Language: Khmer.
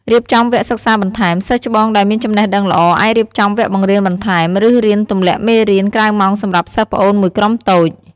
រៀបចំវគ្គសិក្សាបន្ថែម សិស្សច្បងដែលមានចំណេះដឹងល្អ អាចរៀបចំ វគ្គបង្រៀនបន្ថែម ឬរៀនទំលាក់មេរៀនក្រៅម៉ោងសម្រាប់សិស្សប្អូនមួយក្រុមតូច។